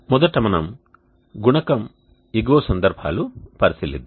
మొదట మనం గుణకం ఎగువ సందర్భాలు పరిశీలిద్దాం